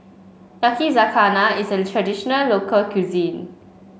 Yakizakana is a traditional local cuisine